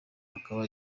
akaba